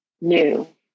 new